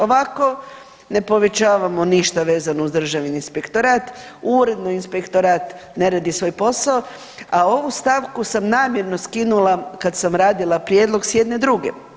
Ovako ne povećavamo ništa vezano uz Državni inspektorat, uredno inspektorat ne radi svoj posao, a ovu stavku sam namjerno skinula kad sam radila prijedlog s jedne druge.